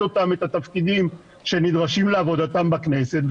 אותם את התפקידים שנדרשים לעבודתם בכנסת.